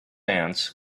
ants